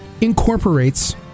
incorporates